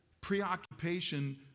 preoccupation